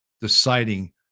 deciding